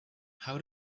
how